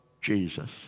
Jesus